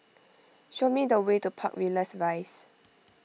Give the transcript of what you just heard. show me the way to Park Villas Rise